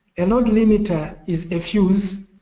and limiter is a fuse,